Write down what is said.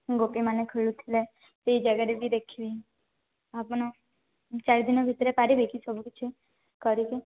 ଗୋପୀମାନେ ଖେଳୁଥିଲେ ସେଇ ଜାଗାରେ ବି ଦେଖିବି ଆପଣ ଚାରିଦିନ ଭିତରେ ପାରିବେ କି ସବୁ କିଛି କରିକି